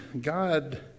God